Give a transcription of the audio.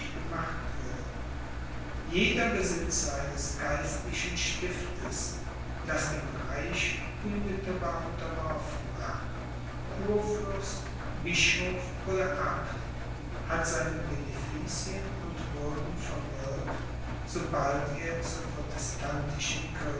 gemacht würden jeder besitzer eines geistlichen stiftes das dem reich unmittelbar unterworfen war kurfürst bischof oder abt hat seine beneficien und würden verwirkt sobald er zur